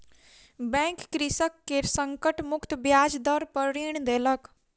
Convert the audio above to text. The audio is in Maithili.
बैंक कृषक के संकट मुक्त ब्याज दर पर ऋण देलक